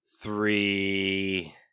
three